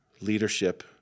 leadership